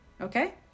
okay